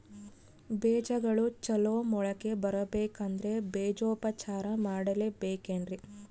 ಬೇಜಗಳು ಚಲೋ ಮೊಳಕೆ ಬರಬೇಕಂದ್ರೆ ಬೇಜೋಪಚಾರ ಮಾಡಲೆಬೇಕೆನ್ರಿ?